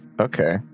Okay